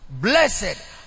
Blessed